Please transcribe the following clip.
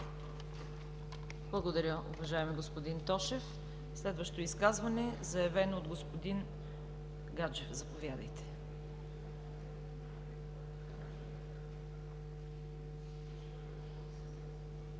Благодаря, уважаеми господин Тошев. Следващото изказване е заявено от господин Гаджев. Заповядайте. ХРИСТО